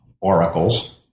Oracles